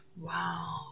Wow